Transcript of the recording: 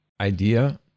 idea